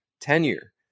tenure